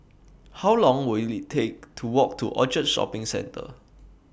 How Long Will IT Take to Walk to Orchard Shopping Centre